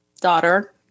daughter